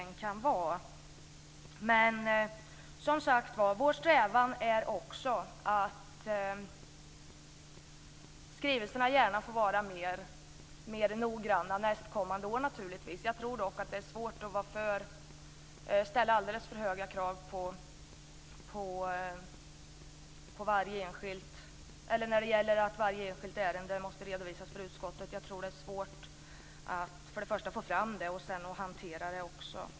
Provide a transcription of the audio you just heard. Men vår strävan är som sagt också att skrivelserna gärna får vara mer noggranna nästkommande år. Jag tror dock att det är ett alldeles för högt ställt krav att varje enskilt ärende måste redovisas för utskottet. Jag tror att det är svårt både att få fram och att hantera detta.